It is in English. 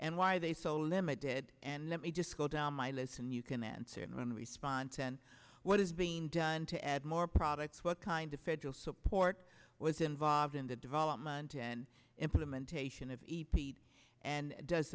and why they so limited and let me just go down my list and you can answer in response and what is being done to add more products what kind of federal support was involved in the development and implementation of a p and does